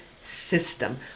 system